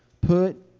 put